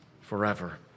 forever